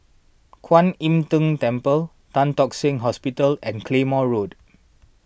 Kwan Im Tng Temple Tan Tock Seng Hospital and Claymore Road